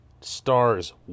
stars